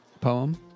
poem